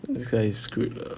this guy is screwed lah